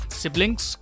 siblings